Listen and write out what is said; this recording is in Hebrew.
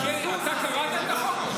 אתה קראת את החוק?